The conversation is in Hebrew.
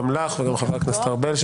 שלום גם לחבר הכנסת ארבל.